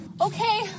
Okay